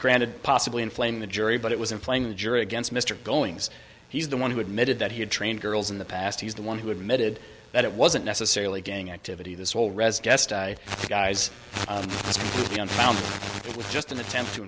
granted possibly inflame the jury but it was him playing the jury against mr goings he's the one who admitted that he had trained girls in the past he's the one who admitted that it wasn't necessarily gang activity this whole rest guessed you guys it was just an attempt to